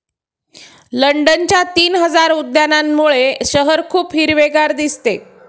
लंडनच्या तीन हजार उद्यानांमुळे शहर खूप हिरवेगार दिसते